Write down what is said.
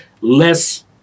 less